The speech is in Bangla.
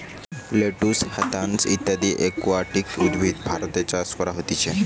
লেটুস, হ্যাসান্থ ইত্যদি একুয়াটিক উদ্ভিদ ভারতে চাষ করা হতিছে